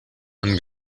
han